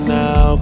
now